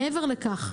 מעבר לכך,